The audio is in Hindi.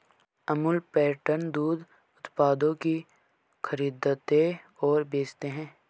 अमूल पैटर्न दूध उत्पादों की खरीदते और बेचते है